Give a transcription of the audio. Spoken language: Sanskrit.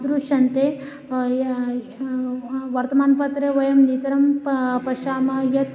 दृश्यन्ते वर्तमानपत्रे वयं नितरं प पश्यामः यत्